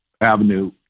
avenue